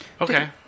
Okay